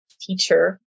teacher